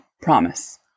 promise